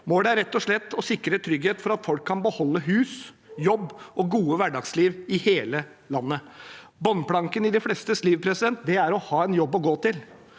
Målet er rett og slett å sikre trygghet for at folk kan beholde hus, jobb og gode hverdagsliv i hele landet. Bunnplanken i de flestes liv er å ha en jobb å gå til,